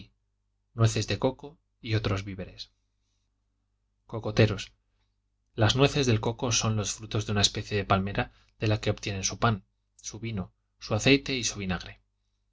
nueces de coco y otros víveres cocoteros las nueces de coco son los frutos de una especie de palmera de la que obtienen su pan su vino su aceite y su vinaorre